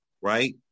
right